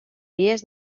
vies